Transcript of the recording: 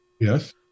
Yes